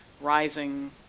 rising